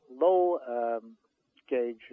low-gauge